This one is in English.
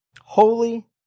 holy